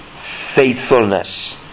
faithfulness